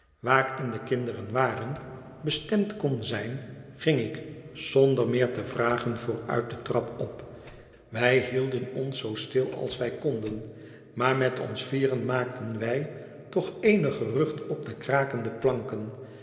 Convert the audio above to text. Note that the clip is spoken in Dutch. waarin de kinderen waren bestemd kon zijn ging ik zonder meer te vragen vooruit de trap op wij hielden ons zoo stil als wij konden maar met ons vieren maakten wij toch eenig gerucht op de krakende planken